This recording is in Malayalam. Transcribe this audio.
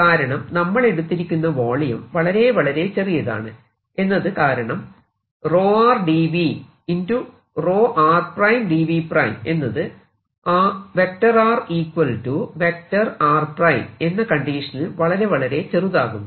കാരണം നമ്മൾ എടുത്തിരിക്കുന്ന വോളിയം വളരെ വളരെ ചെറിയതാണ് എന്നത് കാരണം dV rdV എന്നത് r r എന്ന കണ്ടീഷനിൽ വളരെ വളരെ ചെറുതാകുന്നു